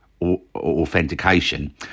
authentication